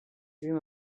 dream